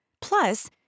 Plus